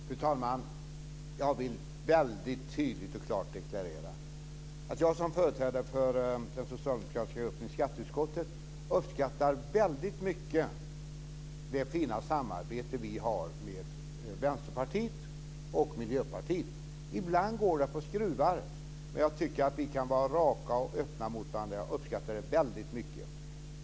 Fru talman! Jag vill väldigt tydligt och klart deklarera att jag som företrädare för den socialdemokratiska gruppen i skatteutskottet väldigt mycket uppskattar det fina samarbete vi har med Vänsterpartiet och Miljöpartiet. Ibland går det på skruvar, men jag tycker att vi kan vara raka och öppna mot varandra och det uppskattar jag väldigt mycket.